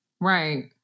Right